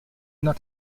not